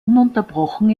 ununterbrochen